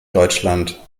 deutschland